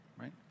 right